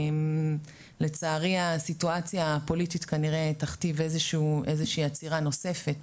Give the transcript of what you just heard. לצערי הסיטואציה הפוליטית כנראה תכתיב איזו שהיא עצירה נוספת